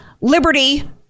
liberty